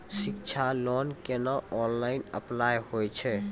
शिक्षा लोन केना online apply होय छै?